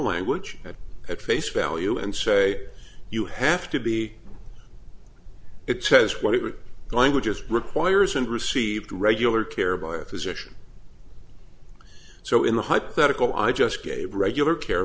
language at face value and say you have to be it says what it would and i would just requires and received regular care by a physician so in the hypothetical i just gave regular care